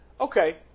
Okay